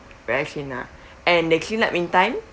very clean ah and the clean up in time